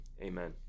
amen